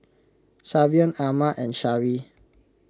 Savion Emma and Sharee